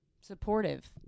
Supportive